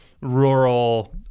rural